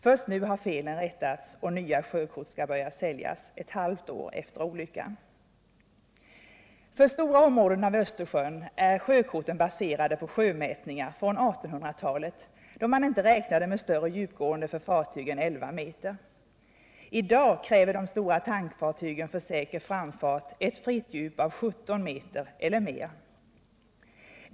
Först nu har felen rättats och nya sjökort skall börja säljas — ett halvt år efter olyckan. För stora områden av Östersjön är sjökorten baserade på sjömätningar från 1800-talet, då man inte räknade med större djupgående på fartygen än 11 m. I dag kräver de stora tank fartygen för säker framfart ett fritt djup av 17 meller mer.